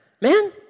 Man